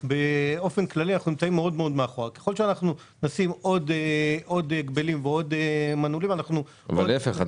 ככל שנשים עוד הגבלים ועוד מנעולים --- להפך,